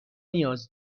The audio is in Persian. نیاز